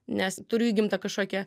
nes turiu įgimtą kažkokią